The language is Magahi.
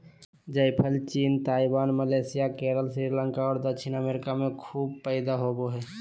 जायफल चीन, ताइवान, मलेशिया, केरल, श्रीलंका और दक्षिणी अमेरिका में खूब पैदा होबो हइ